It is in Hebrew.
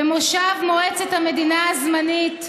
במושב מועצת המדינה הזמנית,